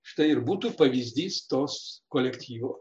štai ir būtų pavyzdys tos kolektyvo